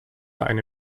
eine